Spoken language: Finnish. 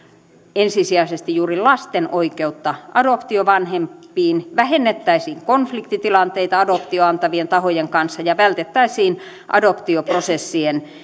ensisijaisesti juuri lasten oikeutta adoptiovanhempiin vähennettäisiin konfliktitilanteita adoptioon antavien tahojen kanssa ja vältettäisiin adoptioprosessien